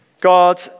God